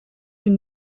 une